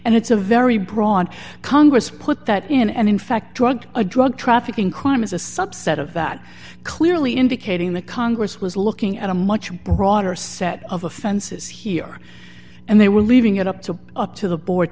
and it's a very broad congress put that in and in fact drug a drug trafficking crime is a subset of that clearly indicating that congress was looking at a much broader set of offenses here and they were leaving it up to up to the board